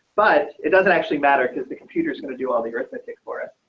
but it doesn't actually matter because the computer is going to do all the arithmetic for us.